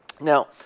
Now